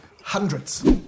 hundreds